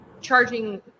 charging